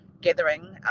gathering